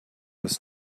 was